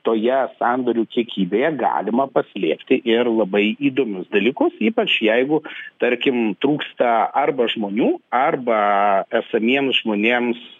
toje sandorių kiekybė galima paslėpti ir labai įdomius dalykus ypač jeigu tarkim trūksta arba žmonių arba esamiems žmonėms